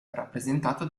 rappresentata